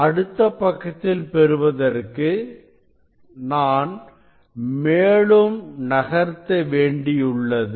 அடுத்த பக்கத்தில் பெறுவதற்கு நான் மேலும் நகர்த்த வேண்டியுள்ளது